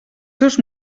seus